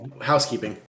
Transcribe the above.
housekeeping